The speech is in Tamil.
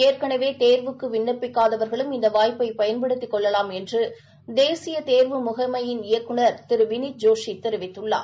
ஏற்கனவே தேர்வுக்கு விண்ணப்பிக்காதவர்களும் இந்த வாய்ப்பை பயன்படுத்திக் கொள்ளலாம் என்று தேசிய தேர்வு முகமையின் இயக்குநர் வினித் ஜோஷி தெரிவித்துள்ளார்